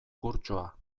kurtsoa